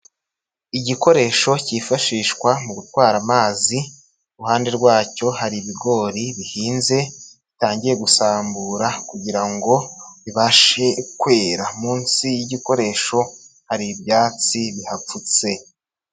Igikoresho kifashishwa mu gutwara amazi, iruhande rwacyo hari ibigori bihinze bitangiye gusambura kugira ngo bibashe kwera. Munsi y'igikoresho hari ibyatsi bihapfutse.